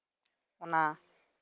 ᱚᱱᱟ